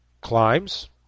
climbs